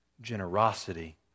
Generosity